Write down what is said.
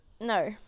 no